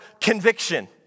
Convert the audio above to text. conviction